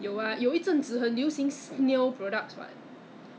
and ya 比较比较比较清洁真的 so this is